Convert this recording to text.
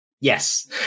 Yes